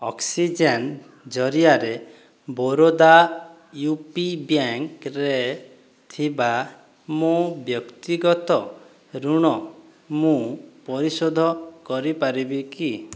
oxygen ଜରିଆରେ Baroda U P ବ୍ୟାଙ୍କରେ ଥିବା ମୋ ବ୍ୟକ୍ତିଗତ ଋଣ ମୁଁ ପରିଶୋଧ କରିପାରିବି କି